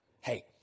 Hey